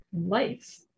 life